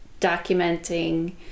documenting